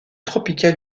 tropical